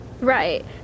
Right